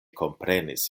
komprenis